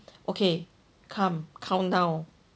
okay come countdown